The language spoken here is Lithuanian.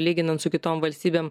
lyginant su kitom valstybėm